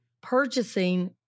purchasing